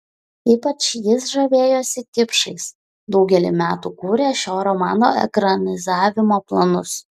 ypač jis žavėjosi kipšais daugelį metų kūrė šio romano ekranizavimo planus